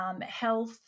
health